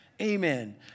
Amen